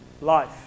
life